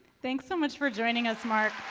thanks so much for joining us, mark.